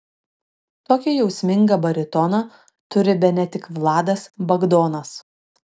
tokį jausmingą baritoną turi bene tik vladas bagdonas